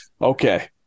okay